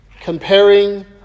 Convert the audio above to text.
comparing